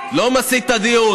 לא מסיט את הדיון.